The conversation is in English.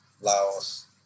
Laos